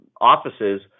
offices